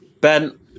Ben